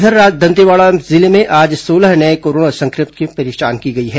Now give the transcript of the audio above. इधर दंतेवाडा जिले में आज सोलह नये कोरोना सं क्र मितों की पहचान हुई है